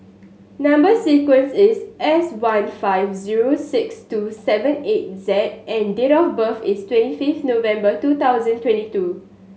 number sequence is S one five zero six two seven eight Z and date of birth is twenty fifth November two thousand twenty two